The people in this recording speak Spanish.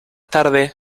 tarde